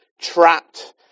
trapped